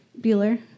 Bueller